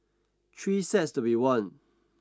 three sets to be won